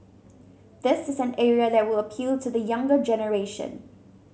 this is an area that would appeal to the younger generation